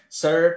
sir